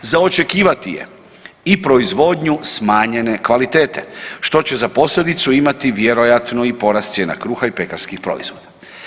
Za očekivati je i proizvodnju smanjene kvalitete, što će za posljedicu imati vjerojatno i porast cijena kruha i pekarskih proizvoda.